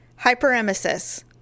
Hyperemesis